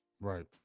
Right